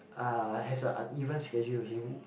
uh has a uneven schedule with him